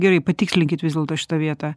gerai patikslinkit vis dėlto šitą vietą